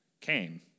came